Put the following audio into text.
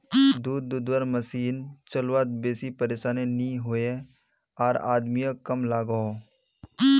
दूध धुआर मसिन चलवात बेसी परेशानी नि होइयेह आर आदमियों कम लागोहो